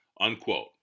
unquote